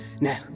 No